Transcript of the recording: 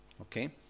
Okay